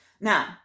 Now